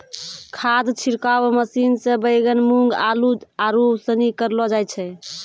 खाद छिड़काव मशीन से बैगन, मूँग, आलू, आरू सनी करलो जाय छै